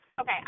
Okay